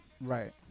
Right